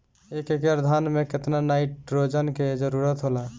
एक एकड़ धान मे केतना नाइट्रोजन के जरूरी होला?